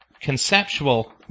conceptual